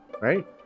right